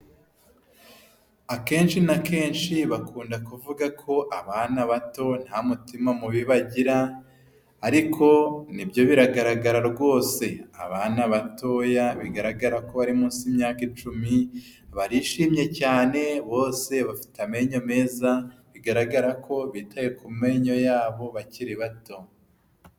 Akenshi na kenshi bakunda kuvuga ko abana bato nta mutima mubi bagira, ariko ni byo biragaragara rwose abana batoya bigaragara ko bari munsi y'imyaka icumi, barishimye cyane bose bafite amenyo meza bigaragara ko bitaye ku menyo yabo bakiri bato.